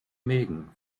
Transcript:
mägen